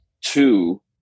two